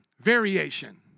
variation